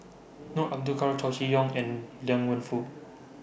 No Abdullah Chow Chee Yong and Liang Wenfu